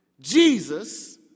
Jesus